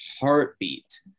heartbeat